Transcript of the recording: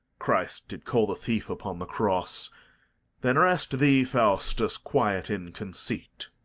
christ did call the thief upon the cross then rest thee, faustus, quiet in conceit.